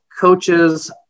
coaches